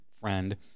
friend